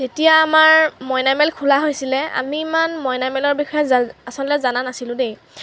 তেতিয়া আমাৰ মইনামেল খোলা হৈছিলে আমি ইমান মইনামেলৰ বিষয়ে জ আচলতে জনা নাছিলোঁ দেই